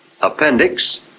appendix